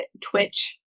Twitch